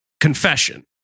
confession